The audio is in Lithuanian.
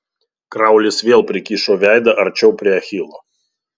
kraulis vėl prikišo veidą arčiau prie achilo